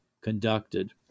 conducted